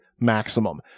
maximum